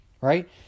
right